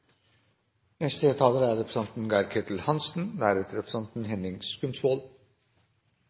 Neste taler er representanten